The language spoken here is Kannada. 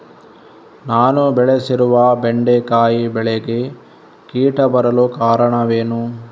ನಾನು ಬೆಳೆಸಿರುವ ಬೆಂಡೆಕಾಯಿ ಬೆಳೆಗೆ ಕೀಟ ಬರಲು ಕಾರಣವೇನು?